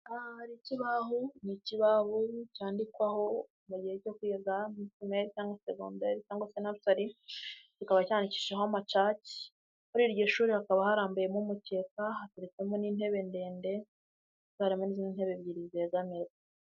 Aha hari ikibahu, ni ikibahu cyandikwaho mu gihe cyo kwiga muri pirimeri cyangwa segondaire cyangwa segonderi, kikaba cyandikishijeho amacake, muri iryo shuri hakaba harambuyemo umukeka, hakabamo n'intebe ndende, harimo n'izindi ntebe ebyiri zegamirwa.